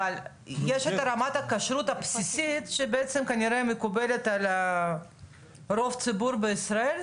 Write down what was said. אבל יש את רמת הכשרות הבסיסית שכנראה מקובלת על רוב הציבור בישראל,